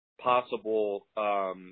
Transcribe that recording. possible